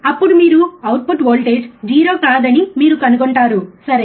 అప్పుడు మీరు output voltage 0 కాదు అని మీరు కనుగొంటారు సరే